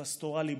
פסטורלי,